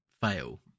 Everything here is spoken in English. fail